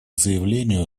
заявлению